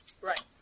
Right